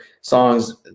songs